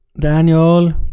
Daniel